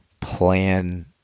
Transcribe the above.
plan